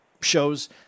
shows